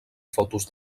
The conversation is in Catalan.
fotos